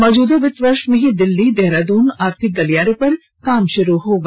मौजूदा वित्त वर्ष में ही दिल्ली देहरादून आर्थिक गलियारे पर काम शुरू होगा